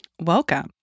welcome